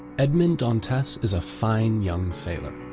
edmond dantes is a fine young sailor,